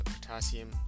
potassium